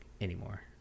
anymore